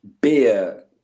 beer